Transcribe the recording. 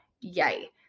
yay